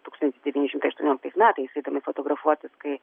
tūkstantis devyni šimtai aštuonioliktais metais eidami fotografuotis kai